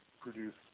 produce